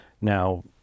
now